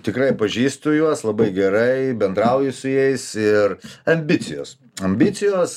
tikrai pažįstu juos labai gerai bendrauju su jais ir ambicijos ambicijos